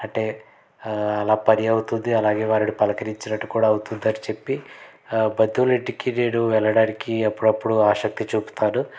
అంటే అలా పని అవుతుంది అలాగే వారిని పలకరించినట్టు కూడా అవుతుంది అని చెప్పి బంధువుల ఇంటికి నేను వెళ్ళడానికి అప్పుడప్పుడు ఆసక్తి చూపుతాను